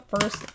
first